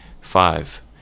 Five